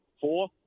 four